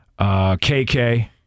KK